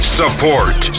support